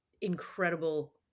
incredible